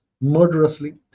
murderously